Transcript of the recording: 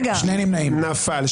הצבעה לא אושרה נפל.